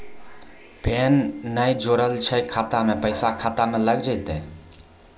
Pan ने जोड़लऽ छै खाता मे पैसा खाता मे लग जयतै?